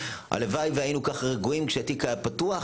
הלוואי והיינו כך רגועים כשהתיק היה פתוח